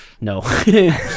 No